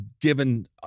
given